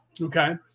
Okay